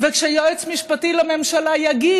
כשיועץ משפטי לממשלה יגיד,